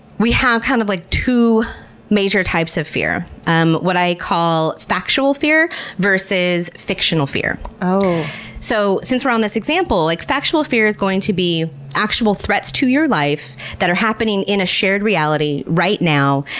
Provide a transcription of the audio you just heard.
we have kind of like two major types of fear, um what i call factual fear versus fictional fear. so since we're on this example, like factual fear is going to be actual threats to your life that are happening in a shared reality, right now,